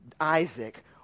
Isaac